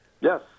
Yes